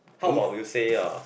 how about we'll say uh